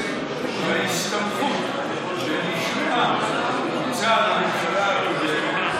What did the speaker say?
מתייחס להסתמכות שנשמעה, שהוצגה בממשלה הקודמת על,